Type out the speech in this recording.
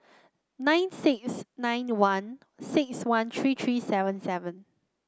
nine six nine one six one three three seven seven